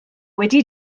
wedi